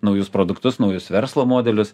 naujus produktus naujus verslo modelius